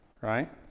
right